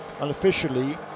unofficially